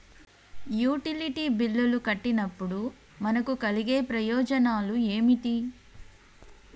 Utility బిల్లులు కట్టినప్పుడు మనకు కలిగే ప్రయోజనాలు ఏమిటి?